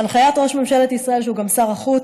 בהנחיית ראש ממשלת ישראל, שהוא גם שר החוץ,